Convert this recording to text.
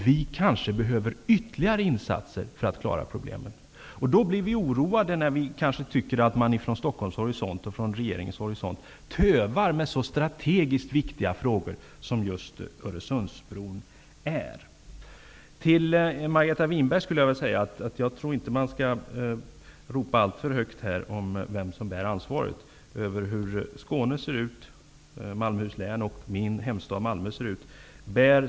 Vi kanske behöver ytterligare insatser för att klara problemen. Vi blir oroade när man från Stockholms horisont och från regeringen tövar med så strategiskt viktiga frågor som just frågan om Öresundsbron är. Jag vill till Margareta Winberg säga, att man inte skall ropa alltför högt om vem som bär ansvaret för hur läget ser ut i Skåne, i Malmöhus län och i min hemstad Malmö.